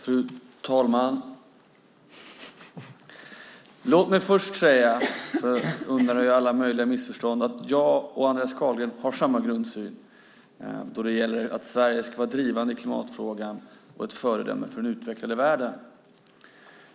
Fru talman! Låt mig först säga, för att undanröja alla möjliga missförstånd, att jag och Andreas Carlgren har samma grundsyn när det gäller att Sverige ska vara drivande i klimatfrågan och ett föredöme för den utvecklade världen.